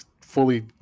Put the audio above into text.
fully